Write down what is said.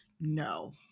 No